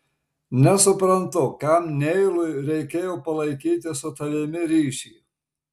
nesuprantu kam neilui reikėjo palaikyti su tavimi ryšį